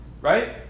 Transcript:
right